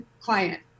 client